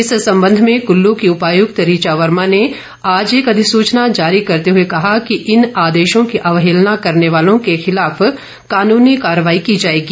इस संबंध में कल्ल की उपायक्त ऋचा वर्मा ने आज एक अधिसूचना जारी करते हुए कहा कि इन आदेशों की अवहेलना करने वालों के खिलाफ कानूनी कार्रवाई की जाएगी